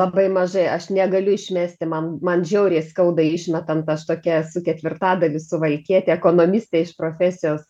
labai mažai aš negaliu išmesti man man žiauriai skauda išmetant aš tokia esu ketvirtadalis suvaikietė ekonomistė iš profesijos